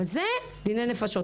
אבל אלה דיני נפשות.